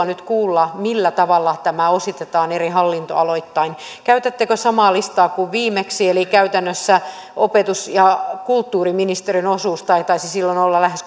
nyt kuulla millä tavalla tämä ositetaan eri hallintoaloittain käytättekö samaa listaa kuin viimeksi käytännössä opetus ja kulttuuriministeriön osuus taitaisi silloin olla lähes